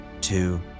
two